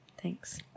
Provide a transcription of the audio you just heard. Thanks